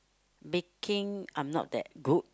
baking I'm not that good